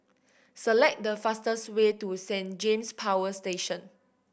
select the fastest way to Saint James Power Station